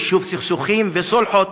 יישוב סכסוכים וסולחות